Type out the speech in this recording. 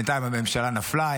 בינתיים הממשלה נפלה.